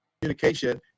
communication